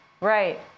Right